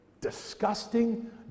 Disgusting